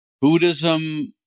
Buddhism